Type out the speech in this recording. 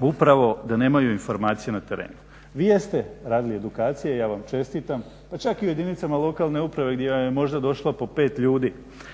upravo da nemaju informacije na terenu. Vi jeste radili edukacije, ja vam čestitam pa čak i u jedinicama lokalne uprave gdje vam je možda došlo po 5 ljudi,